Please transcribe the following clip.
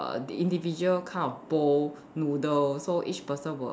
individual kind of bowl noodles so each person will